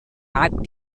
act